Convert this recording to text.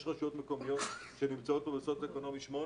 יש רשויות מקומיות שנמצאות בסוציואקונומי שמונה,